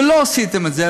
ולא עשיתם את זה,